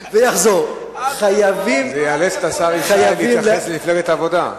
זה יאלץ את השר ישי להתייחס למפלגת העבודה.